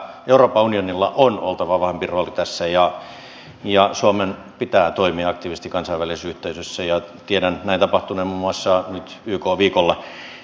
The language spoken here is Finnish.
euroopan unionilla on oltava vahvempi rooli tässä ja suomen pitää toimia aktiivisesti kansainvälisessä yhteisössä ja tiedän näin tapahtuneen muun muassa nyt yk viikolla viimeksi